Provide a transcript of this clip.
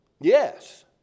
Yes